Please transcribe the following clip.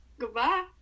goodbye